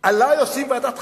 עלי עושים ועדת חקירה?